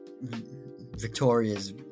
Victoria's